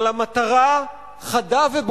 אבל המטרה חדה וברורה.